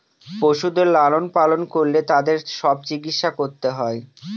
পশুদের লালন পালন করলে তাদের সব চিকিৎসা করতে হয়